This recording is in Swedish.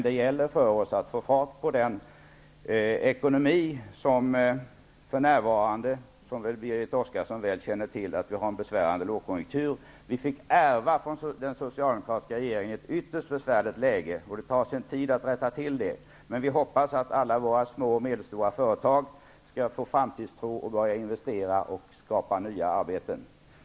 Det gäller för oss att få fart på den ekonomi som för närvarande -- som Berit Oscarsson väl känner till -- är drabbad av en besvärande lågkonjunktur. Vi fick av den socialdemokratiska regeringen ärva ett ytterst besvärligt läge, och det tar sin tid att rätta till det. Vi hoppas att alla små och medelstora företag skall få framtidstro, börja investera och skapa nya arbeten.